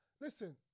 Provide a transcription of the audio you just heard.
listen